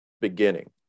beginning